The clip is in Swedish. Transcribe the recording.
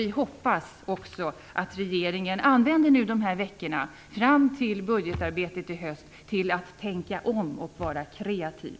Vi hoppas också att regeringen använder veckorna fram till budgetarbetet i höst till att tänka om och vara kreativ.